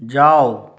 যাও